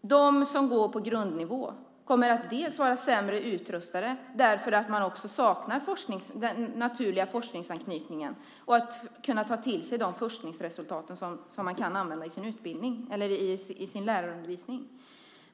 de som går på grundnivå kommer att vara sämre utrustade, bland annat därför att de saknar den naturliga forskningsanknytningen och möjligheten att ta till sig forskningsresultat som de kan använda i sin lärarundervisning.